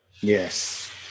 Yes